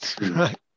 right